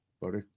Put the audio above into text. buddy